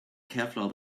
kevlar